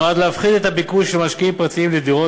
נועד להפחית את הביקוש של משקיעים פרטיים לדירות,